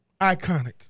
Iconic